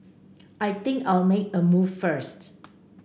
I think I'll make a move first